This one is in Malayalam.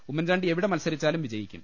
ഉമ്മൻചാണ്ടി എവിടെ മത്സരിച്ചാലും വിജയിക്കും